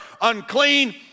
unclean